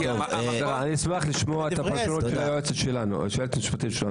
אני אשמח לשמוע את הפרשנות של היועצת המשפטית שלנו.